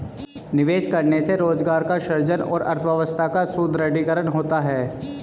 निवेश करने से रोजगार का सृजन और अर्थव्यवस्था का सुदृढ़ीकरण होता है